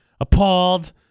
Appalled